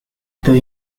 the